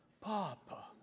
Papa